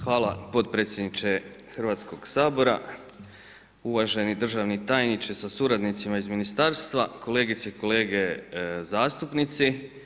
hvala potpredsjedniče Hrvatskog sabora, uvaženi državni tajniče sa suradnicima iz ministarstva, kolegice i kolege zastupnici.